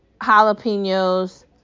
jalapenos